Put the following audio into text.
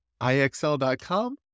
IXL.com